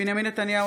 בנימין נתניהו,